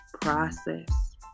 process